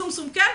שומשום כן,